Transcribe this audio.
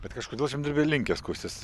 bet kažkodėl žemdirbiai linkę skųstis